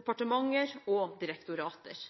departementer og direktorater.